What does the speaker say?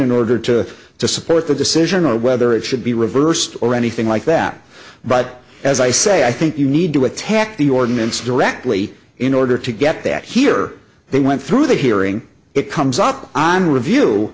in order to to support that decision or whether it should be reversed or anything like that but as i say i think you need to attack the ordinance directly in order to get that here they went through the hearing it comes up on review